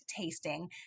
tasting